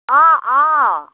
অঁ অঁ